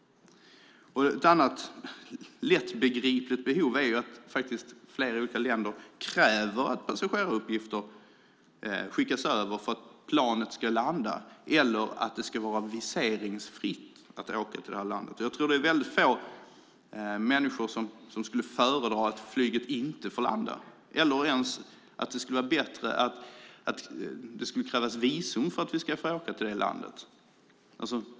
En annan lättbegriplig sak är att flera länder kräver att passageraruppgifter skickas över för att planet ska kunna landa eller att det ska vara viseringsfritt att åka till det aktuella landet. Jag tror att det är väldigt få människor som skulle föredra att planet inte får landa eller att det skulle krävas visum för att åka till det landet.